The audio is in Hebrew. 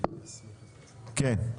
כן?